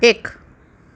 એક